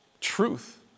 truth